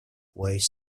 ways